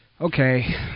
okay